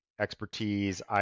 expertise